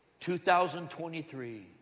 2023